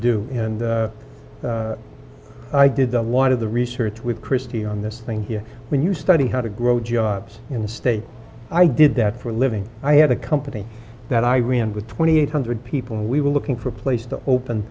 and i did a lot of the research with christie on this thing here when you study how to grow jobs in the state i did that for a living i had a company that i ran with two thousand eight hundred people and we were looking for a place to open